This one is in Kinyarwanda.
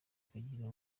kugira